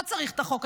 לא צריך את החוק,